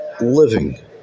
living